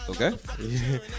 Okay